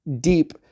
deep